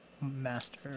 master